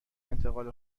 انتقال